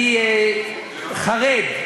אני חרד,